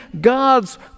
God's